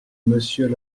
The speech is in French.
monsieur